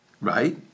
right